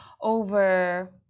over